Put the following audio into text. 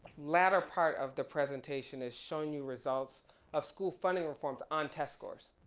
latter part of the presentation is shown you results of school funding reform on test scores,